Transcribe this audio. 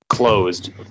closed